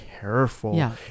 careful